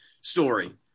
story